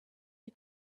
you